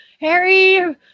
Harry